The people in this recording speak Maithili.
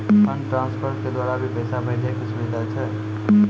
फंड ट्रांसफर के द्वारा भी पैसा भेजै के सुविधा छै?